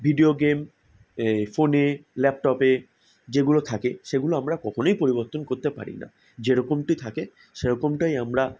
video game এ ফোনে ল্যাপটপে যেগুলো থাকে সেগুলো আমরা কখনোই পরিবর্তন করতে পারি না যেরকমটি থাকে সেরকমটাই আমরা